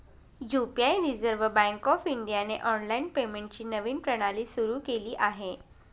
UPI reserve bank of इंडियाने online पेमेंटची नवीन प्रणाली सुरू केली आहे